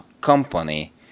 company